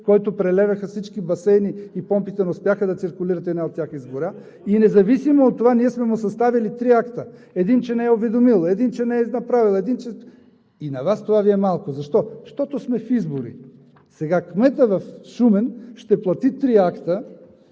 който преляха всички басейни и помпите не успяха да циркулират и една от тях изгоря. И независимо от това ние сме му съставили три акта. Един, че не е уведомил, един, че не направил, един, че…. И на Вас това Ви е малко. Защо? Защото сме в избори. Сега кметът в Шумен ще плати три акта